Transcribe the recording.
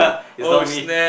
it's not me